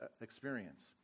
experience